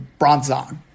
Bronzong